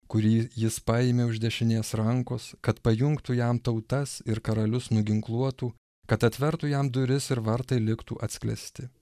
kurį jis paėmė už dešinės rankos kad pajungtų jam tautas ir karalius nuginkluotų kad atvertų jam duris ir vartai liktų atsklęsti